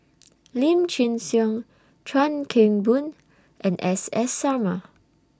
Lim Chin Siong Chuan Keng Boon and S S Sarma